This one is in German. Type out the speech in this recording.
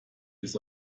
ist